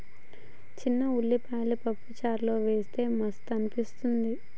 చిన్న ఉల్లిపాయలు పప్పు చారులో వేస్తె మస్తు అనిపిస్తది